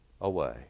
away